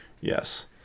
Yes